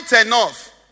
enough